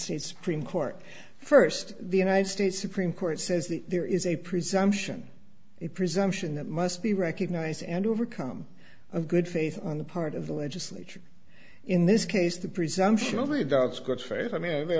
states supreme court first the united states supreme court says that there is a presumption a presumption that must be recognized and overcome of good faith on the part of the legislature in this case the presumption of any doubts good faith i mean they